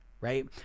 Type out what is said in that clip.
right